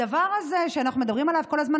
הדבר הזה שאנחנו מדברים עליו כל הזמן,